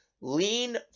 lean